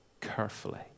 carefully